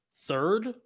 Third